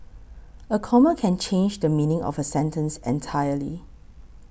a comma can change the meaning of a sentence entirely